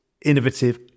innovative